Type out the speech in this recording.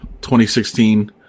2016